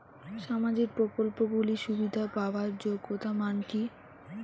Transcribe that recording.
সামাজিক প্রকল্পগুলি সুবিধা পাওয়ার যোগ্যতা মান কি?